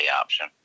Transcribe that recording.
option